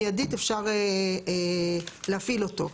מיידית אפשר להפעיל אותו.